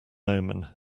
omen